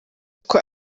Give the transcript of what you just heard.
uko